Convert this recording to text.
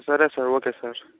సరే sir okay sir